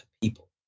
people